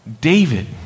David